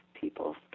people